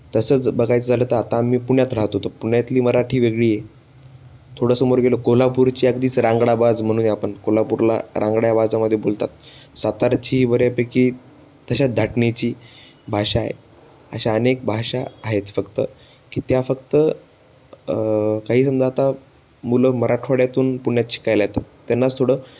तसंच बघायचं झालं तर आता आम्ही पुण्यात राहतो तो पुण्यातली मराठी वेगळी आहे थोडं समोर गेलो कोल्हापूरची अगदीच रांगडा बाज म्हणुया आपण कोल्हापूरला रांगड्या बाजामध्ये बोलतात सातारची ही बऱ्यापैकी तशा धाटणीची भाषा आहे अशा अनेक भाषा आहेत फक्त की त्या फक्त काही समजा आता मुलं मराठवाड्यातून पुण्यात शिकायला येतात त्यांनाच थोडं